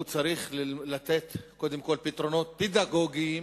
הוא צריך לתת קודם כול פתרונות פדגוגיים